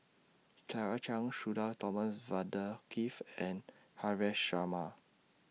Claire Chiang Sudhir Thomas Vadaketh and Haresh Sharma